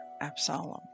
Absalom